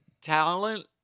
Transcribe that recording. talent